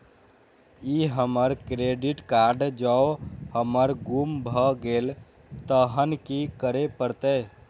ई हमर credit card जौं हमर गुम भ गेल तहन की करे परतै?